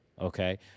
okay